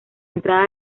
entrada